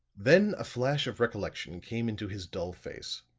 then a flash of recollection came into his dull face.